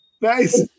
Nice